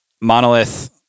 monolith